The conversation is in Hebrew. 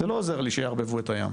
אז לא עוזר לי שיערבבו את הים.